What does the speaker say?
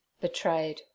betrayed